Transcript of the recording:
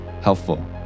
helpful